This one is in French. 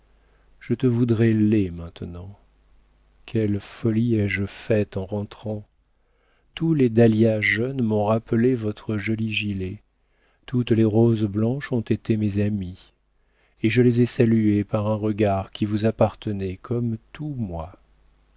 je te voudrais laid maintenant quelles folies ai-je faites en rentrant tous les dahlias jaunes m'ont rappelé votre joli gilet toutes les roses blanches ont été mes amies et je les ai saluées par un regard qui vous appartenait comme tout moi